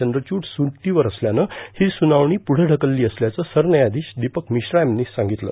चंक्रच्रड सुटीवर असल्यानं ही सुनावणी पुढं ढकलली असल्याचं सरन्यायाषीश दीपक मिश्रा यांनी सांगितलं